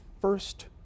first